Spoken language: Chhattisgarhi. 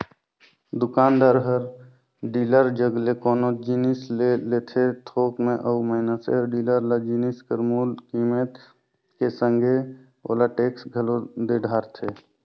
दुकानदार हर डीलर जग ले कोनो जिनिस ले लेथे थोक में अउ मइनसे हर डीलर ल जिनिस कर मूल कीमेत के संघे ओला टेक्स घलोक दे डरथे